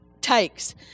takes